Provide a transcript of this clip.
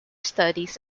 studies